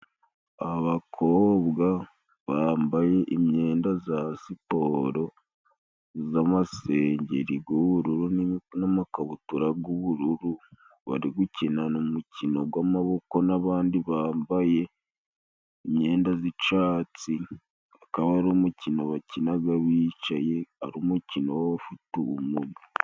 Abakobwa bambaye imyenda za siporo z'amasengeri g'ubururu n'amakabutura g'ubururu, bari gukinana umukino gw'amaboko n'abandi bambaye imyenda z'icatsi, akaba ari umukino bakinaga bicaye ari umukino w'abafite ubumuga.